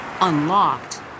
unlocked